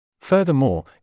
Furthermore